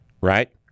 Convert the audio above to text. right